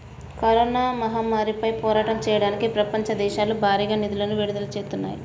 corona మహమ్మారిపై పోరాటం చెయ్యడానికి ప్రపంచ దేశాలు భారీగా నిధులను విడుదల చేత్తన్నాయి